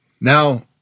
Now